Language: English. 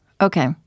Okay